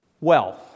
wealth